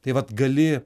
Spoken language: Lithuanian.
tai vat gali